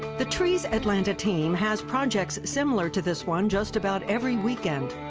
the trees atlanta team has projects similar to this one just about every weekend.